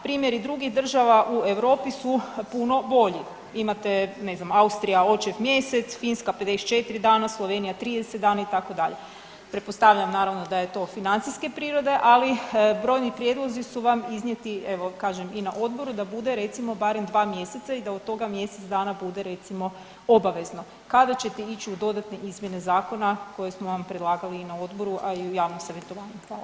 Primjeri drugih država u Europi su puno bolji, imate ne znam Austrija očev mjesec, Finska 54 dana, Slovenija 30 dana itd., pretpostavljam naravno da je to financijske prirode, ali brojni prijedlozi su vam iznijeti evo kažem i na odboru da bude recimo barem dva mjeseca i da od toga mjesec dana bude recimo obavezno, kada ćete ići u dodatne izmjene zakona koje smo vam predlagali i na odboru, a i u javnom savjetovanju, hvala.